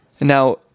Now